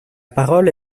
parole